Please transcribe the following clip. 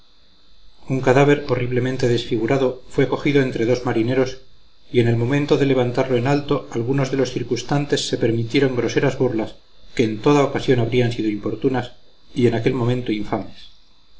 un cadáver horriblemente desfigurado fue cogido entre dos marineros y en el momento de levantarlo en alto algunos de los circunstantes se permitieron groseras burlas que en toda ocasión habrían sido importunas y en aquel momento infames